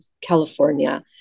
California